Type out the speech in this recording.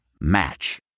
Match